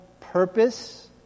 purpose